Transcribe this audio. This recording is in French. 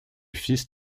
fils